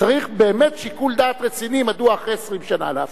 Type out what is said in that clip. צריך באמת שיקול דעת רציני מדוע אחרי 20 שנה להפעיל.